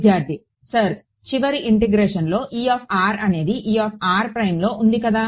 విద్యార్థిసర్ చివరి ఇంటిగ్రేషన్లో E అనేది Erలో ఉంది కదా